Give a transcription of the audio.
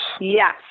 Yes